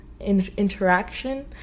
interaction